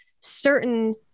certain